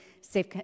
safe